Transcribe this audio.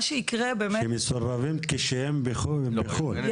שמסורבים כשהם בחו"ל, מחו"ל.